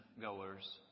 goers